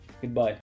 Goodbye